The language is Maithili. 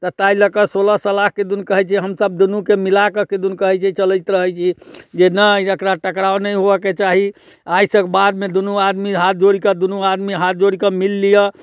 तऽ ताहि लऽ कऽ सोलह सलाह किदुन कहै छै हमसब दुनूके मिलाकऽ किदुन कहै छै चलैत रहै छी जे नहि एकरा टकराव नहि होवैके चाही आइसँ बादमे दुन्नू आदमी हाथ जोड़िकऽ दुनू आदमी हाथ जोड़िकऽ मिलि लिऽ